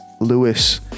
Lewis